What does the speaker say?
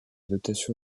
dotation